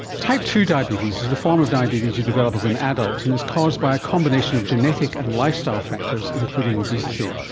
type two diabetes is the form of diabetes you develop as an adult and is caused by a combination of genetic and lifestyle factors, including obesity.